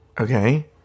Okay